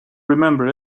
remember